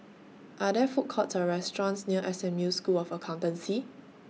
Are There Food Courts Or restaurants near S M U School of Accountancy